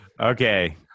Okay